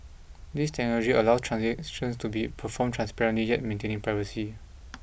this technology allows transactions to be performed transparently yet maintaining privacy